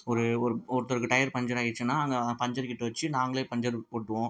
ஒரு ஒரு ஒருத்தருக்கு டயர் பஞ்சர் ஆயிடுச்சுன்னால் அங்கே பஞ்சர் கிட்ட வைச்சு நாங்களே பஞ்சர் ஒட்டுவோம்